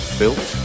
built